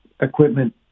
equipment